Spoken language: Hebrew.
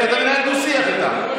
כי אתה מנהל דו-שיח איתם.